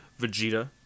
Vegeta